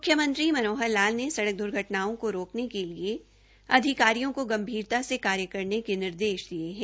मुख्यमंत्री मनोहर लाल ने सड़क दूर्घटनाओं को रोकने के लिए अधिकारियों को गंभीरता से कार्य करने के निर्देष दिये हैं